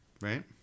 Right